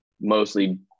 mostly